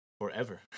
forever